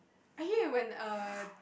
are you when err